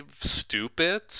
stupid